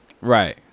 Right